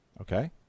Okay